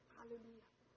Hallelujah